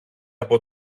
από